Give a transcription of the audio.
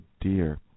dear